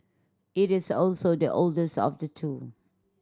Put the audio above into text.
it is also the oldest of the two